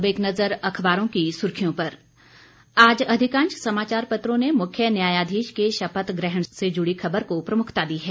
अब एक नजर अखबारों की सुर्खियों पर आज अधिकांश समाचार पत्रों ने मुख्य न्यायाधीश के शपथ ग्रहण से जुड़ी खबर को प्रमुखता दी है